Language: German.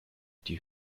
die